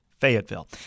Fayetteville